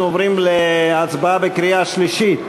אנחנו עוברים להצבעה בקריאה שלישית.